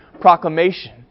proclamation